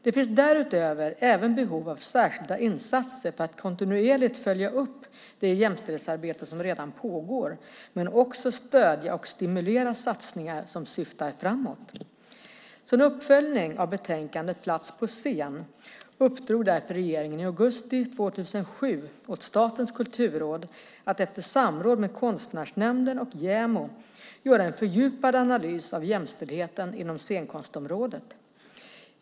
Det finns därutöver även behov av särskilda insatser för att kontinuerligt följa upp det jämställdhetsarbete som redan pågår men också för att stödja och stimulera satsningar som syftar framåt. Som en uppföljning av betänkandet Plats på scen uppdrog därför regeringen i augusti 2007 åt Statens kulturråd att efter samråd med Konstnärsnämnden och JämO göra en fördjupad analys av jämställdheten inom scenkonstområdet.